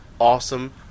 awesome